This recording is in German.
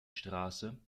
straße